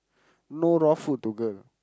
no raw food to girl